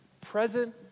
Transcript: present